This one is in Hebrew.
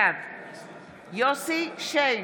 בעד יוסף שיין,